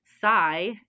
sigh